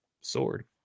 sword